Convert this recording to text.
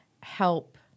help